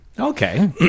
Okay